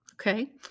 Okay